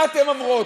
מה אתן אומרות?